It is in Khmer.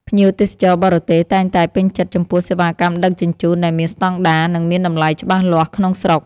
ភ្ញៀវទេសចរបរទេសតែងតែពេញចិត្តចំពោះសេវាកម្មដឹកជញ្ជូនដែលមានស្ដង់ដារ និងមានតម្លៃច្បាស់លាស់ក្នុងស្រុក។